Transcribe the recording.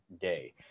day